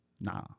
Nah